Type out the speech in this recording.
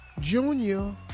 Junior